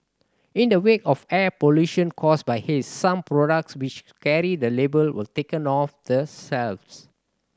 in the wake of air pollution caused by haze some products which carry the label were taken off the shelves